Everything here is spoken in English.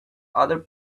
other